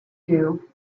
you